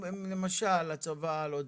יש להם, למשל הצבא, לא יודע,